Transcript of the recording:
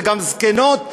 וגם זקנות,